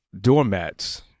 doormats